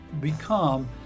become